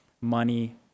money